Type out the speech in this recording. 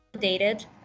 dated